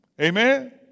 Amen